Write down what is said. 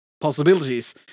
possibilities